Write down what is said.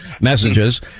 messages